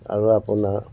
আৰু আপোনাৰ